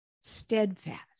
steadfast